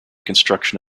construction